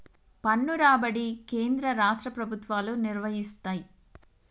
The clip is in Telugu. పన్ను రాబడి కేంద్ర రాష్ట్ర ప్రభుత్వాలు నిర్వయిస్తయ్